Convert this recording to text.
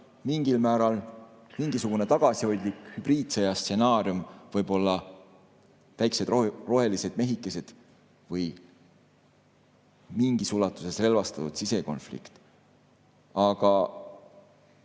siis on see mingisugune tagasihoidlik hübriidsõjastsenaarium, võib-olla väiksed rohelised mehikesed või mingis ulatuses relvastatud sisekonflikt. Aga